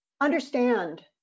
understand